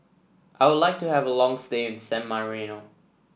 I would like to have a long stay in San Marino